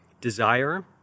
desire